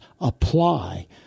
apply